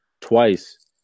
twice